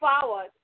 forward